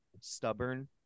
stubborn